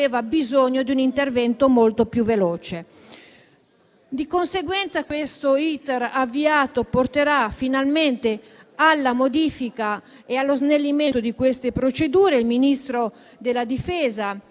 Di conseguenza, l'*iter* avviato porterà finalmente alla modifica e allo snellimento delle procedure; il Ministro della difesa